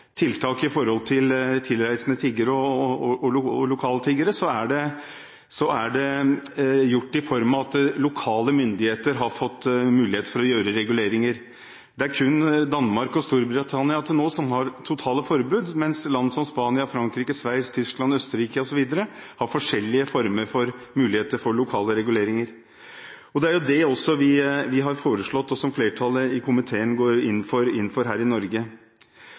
tiltak når det gjelder tilreisende og lokale tiggere, har gjort det i form av at lokale myndigheter har fått mulighet til å foreta reguleringer. Det er til nå kun Danmark og Storbritannia som har totalforbud, mens land som Spania, Frankrike, Sveits, Tyskland, Østerrike osv. har forskjellige former for lokale reguleringer. Det er dette også vi har foreslått, og som flertallet i komiteen går inn for. For å kommentere et par av forslagene: I